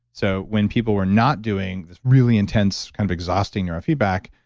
so when people were not doing this really intense kind of exhausting neurofeedback,